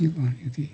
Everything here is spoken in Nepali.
के भनेको थिएँ